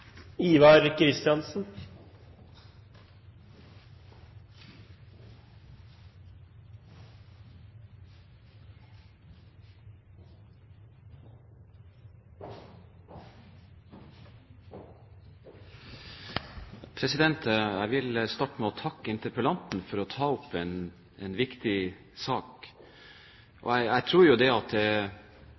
Jeg vil starte med å takke interpellanten for å ta opp en viktig sak. Jeg tror ikke at noen behøver å bli verken støtt eller fornærmet over at disse spørsmålene tas opp. Det